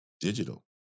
digital